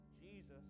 Jesus